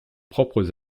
propres